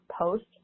post